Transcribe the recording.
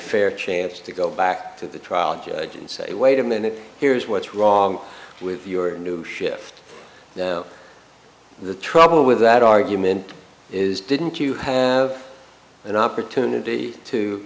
fair chance to go back to the trial judge and say wait a minute here's what's wrong with your new shift the trouble with that argument is didn't you have an opportunity to